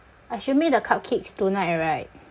I should make the cupcakes tonight right